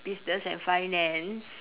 business and finance